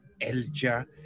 Elja